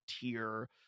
tier